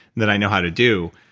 that i know how to do,